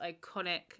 iconic